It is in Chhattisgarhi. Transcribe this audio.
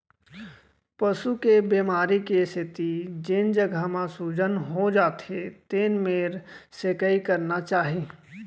पसू के बेमारी के सेती जेन जघा म सूजन हो जाथे तेन मेर सेंकाई करना चाही